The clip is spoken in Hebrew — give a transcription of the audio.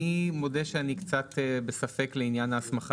אני מודה שאני קצת בספק לעניין ההסמכה